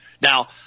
Now